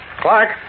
Clark